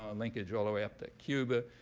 um linkage all the way up to cuba.